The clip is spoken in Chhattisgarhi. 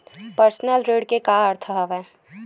पर्सनल ऋण के का अर्थ हवय?